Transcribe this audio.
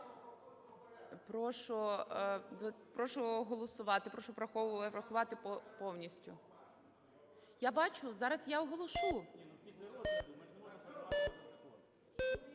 Прошу голосувати. Прошу врахувати повністю. Я бачу. Зараз я оголошу.